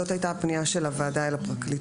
זאת הייתה הפנייה של הוועדה אל הפרקליטות,